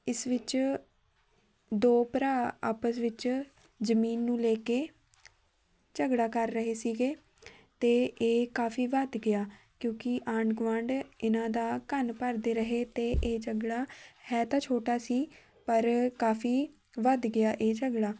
ਇਸ ਵਿੱਚ ਦੋ ਭਰਾ ਆਪਸ ਵਿੱਚ ਜ਼ਮੀਨ ਨੂੰ ਲੈ ਕੇ ਝਗੜਾ ਕਰ ਰਹੇ ਸੀਗੇ ਅਤੇ ਇਹ ਕਾਫੀ ਵੱਧ ਗਿਆ ਕਿਉਂਕਿ ਆਂਢ ਗੁਆਂਢ ਇਹਨਾਂ ਦਾ ਕੰਨ ਭਰਦੇ ਰਹੇ ਅਤੇ ਇਹ ਝਗੜਾ ਹੈ ਤਾਂ ਛੋਟਾ ਸੀ ਪਰ ਕਾਫੀ ਵੱਧ ਗਿਆ ਇਹ ਝਗੜਾ